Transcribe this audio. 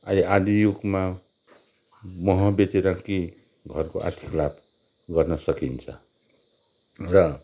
I आधी युगमा मह बेचेर के घरको आर्थिक लाभ गर्न सकिन्छ र